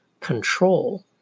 control